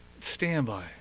standby